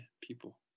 people